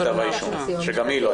למועד כתב האישום, שגם היא לא הייתה.